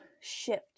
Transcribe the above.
shift